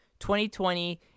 2020